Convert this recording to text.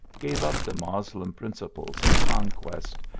gave up the moslem principles of conquest,